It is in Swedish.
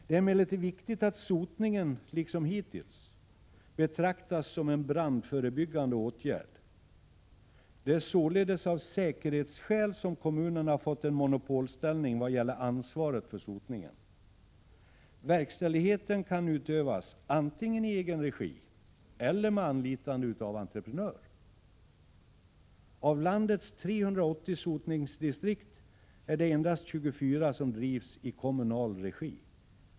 Det är emellertid viktigt att sotningen — liksom hittills — betraktas som en brandförebyggande åtgärd. Det är således av säkerhetsskäl som kommunerna fått en monopolställning vad gäller ansvaret för sotningen. Verkställigheten kan utövas antingen i egen regi eller med anlitande av entreprenör. Av landets 380 sotningsdistrikt är det endast 24 som drivs i kommunal regi.